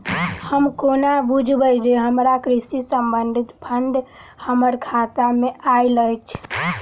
हम कोना बुझबै जे हमरा कृषि संबंधित फंड हम्मर खाता मे आइल अछि?